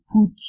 put